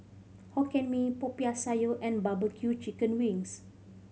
Hokkien Mee Popiah Sayur and barbecue chicken wings